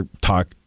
talk